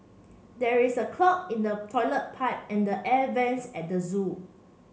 there is a clog in the toilet pipe and the air vents at the zoo